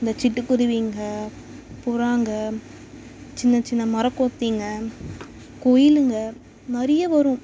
இந்த சிட்டு குருவிங்க புறாங்க சின்னச்சின்ன மரக்கொத்திங்க குயிலுங்க நிறைய வரும்